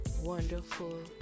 wonderful